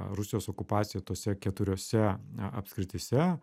rusijos okupaciją tose keturiose apskrityse